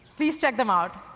please check them out.